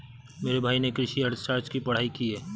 मेरे भाई ने कृषि अर्थशास्त्र की पढ़ाई की है